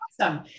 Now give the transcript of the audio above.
Awesome